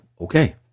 okay